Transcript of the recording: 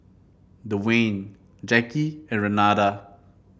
Dewayne Jacky and Renada